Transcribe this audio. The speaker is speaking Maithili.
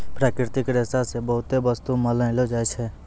प्राकृतिक रेशा से बहुते बस्तु बनैलो जाय छै